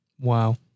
wow